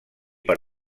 per